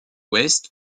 ouest